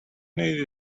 need